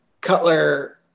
Cutler